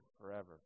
forever